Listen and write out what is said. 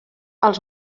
els